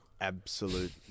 absolute